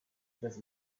bez